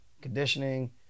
conditioning